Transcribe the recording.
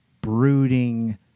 brooding